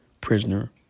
prisoner